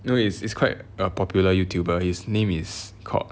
no it's it's quite a popular YouTuber his name is called